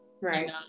Right